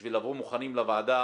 בשביל לבוא מוכנים לוועדה,